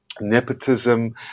nepotism